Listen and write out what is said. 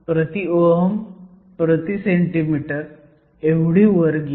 2 Ω 1 cm 1 एवढी वर गेली